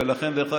ולכן,